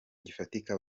gifatika